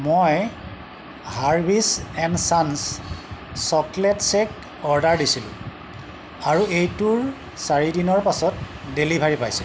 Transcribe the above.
মই হাৰ্ভীছ এণ্ড ছানছ্ চকলেট শ্বেক অৰ্ডাৰ দিছিলোঁ আৰু এইটোৰ চাৰি দিনৰ পাছত ডেলিভাৰী পাইছিলোঁ